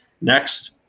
Next